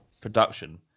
production